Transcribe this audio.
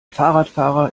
fahrradfahrer